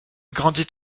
grandit